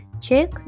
Check